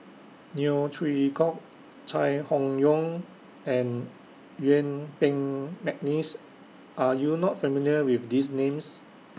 Neo Chwee Kok Chai Hon Yoong and Yuen Peng Mcneice Are YOU not familiar with These Names